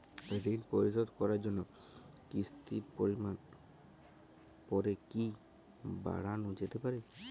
ঋন পরিশোধ করার জন্য কিসতির পরিমান পরে কি বারানো যেতে পারে?